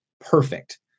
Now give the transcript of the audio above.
perfect